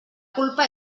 culpa